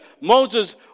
Moses